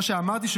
כמו שאמרתי,